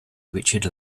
richard